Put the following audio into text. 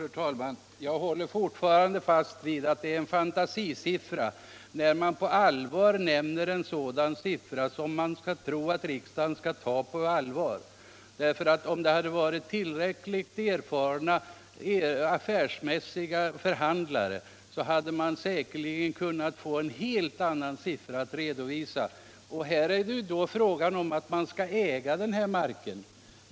Fru talman! Jag håller fortfarande fast vid att det är fantasisiffror som presenteras, siffror som vi inte kan ta på allvar. Hade riksdagen haft tillräckligt erfarna, affärsmässiga förhandlare så hade det säkerligen funnits en helt annan siffra att redovisa. Och här är det ju fråga om att riksdagen skall äga marken.